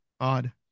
Odd